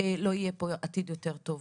לא יהיה פה עתיד יותר טוב.